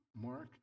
Mark